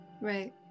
right